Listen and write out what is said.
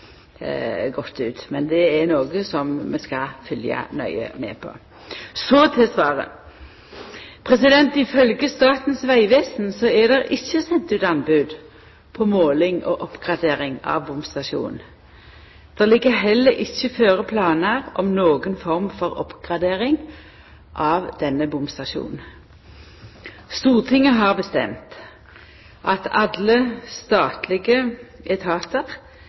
ut. Men det er noko vi skal følgja nøye med på. Så til svaret. Ifølgje Statens vegvesen er det ikkje sendt ut anbod på måling og oppgradering av bomstasjonen. Det ligg heller ikkje føre planar om noka form for oppgradering av denne bomstasjonen. Stortinget har bestemt at alle statlege etatar